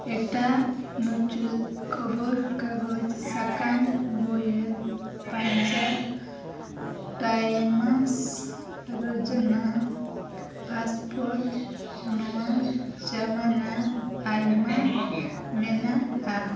ᱮᱴᱟᱜ ᱢᱩᱪᱟᱹᱫ ᱠᱷᱚᱵᱚᱨ ᱠᱟᱜᱚᱡᱽ ᱥᱟᱠᱟᱢ ᱵᱳᱭᱮᱢ ᱯᱟᱧᱡᱟᱵᱽ ᱴᱟᱭᱢᱟᱥ ᱨᱳᱡᱽᱱᱟ ᱯᱟᱥᱯᱳᱨᱴ ᱱᱚᱣᱟ ᱡᱟᱢᱟᱱᱟ ᱟᱭᱢᱟ ᱢᱮᱱᱟᱜᱼᱟ